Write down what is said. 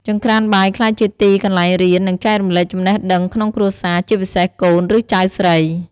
ចង្ក្រានបាយក្លាយជាទីកន្លែងរៀន និងចែករំលែកចំណេះដឹងក្នុងគ្រួសារ ជាពិសេសកូន ឬចៅស្រី។